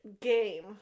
game